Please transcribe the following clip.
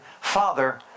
Father